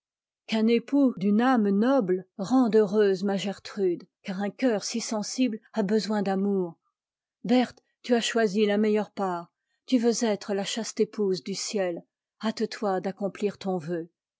qu'un époux d'une âme noble rende heureuse ma gertrude car un cœur si sensible a besoin d'amour berthe tu as choisi la meilleure part tu veux être ia chaste épouse du ciel hâte-toi d'accomplir ton vœu